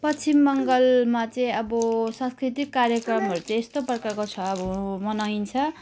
पश्चिम बङ्गालमा चाहिँ अब सांस्कृतिक कार्यक्रमहरू चाहिँ यस्तो प्रकारको छ अब मनाइन्छ